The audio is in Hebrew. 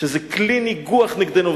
שזה כלי ניגוח נגדנו,